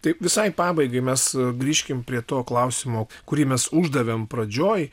tai visai pabaigai mes grįžkim prie to klausimo kurį mes uždavėm pradžioj